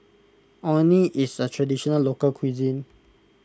Orh Nee is a Traditional Local Cuisine